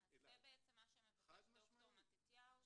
אז זה בעצם מה שמבקש ד"ר מתתיהו,